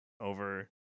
over